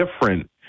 different